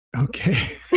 Okay